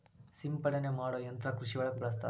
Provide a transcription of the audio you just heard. ಸಿಂಪಡನೆ ಮಾಡು ಯಂತ್ರಾ ಕೃಷಿ ಒಳಗ ಬಳಸ್ತಾರ